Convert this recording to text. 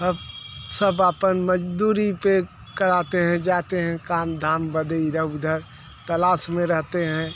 अब सब अपन मज़दूरी पर कराते हैं जाते हैं काम धाम बदे इधर उधर तलाश में रहते हैं